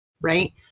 Right